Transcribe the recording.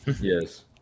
Yes